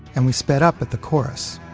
and we sped up at the chorus.